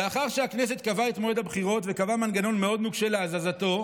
לאחר שהכנסת קבעה את מועד הבחירות וקבעה מנגנון מאוד נוקשה להזזתו,